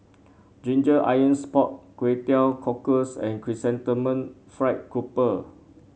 Ginger Onions Pork Kway Teow Cockles and Chrysanthemum Fried Grouper